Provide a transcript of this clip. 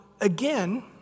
again